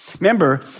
Remember